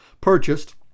purchased